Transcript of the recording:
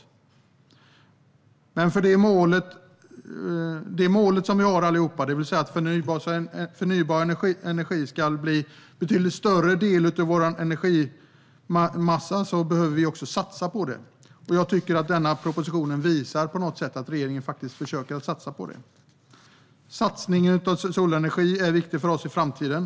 Om vi ska nå det mål som vi alla har, det vill säga att förnybar energi ska bli en betydligt större del av vår energimassa, behöver vi också satsa på det. Jag tycker att propositionen på något sätt visar att regeringen försöker att satsa på det. Satsningen på solenergi är viktig för oss i framtiden.